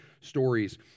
stories